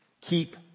keep